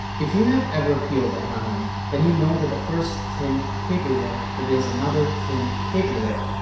if you have ever peeled an onion, then you know that the first thin, papery layer reveals another thin, papery layer,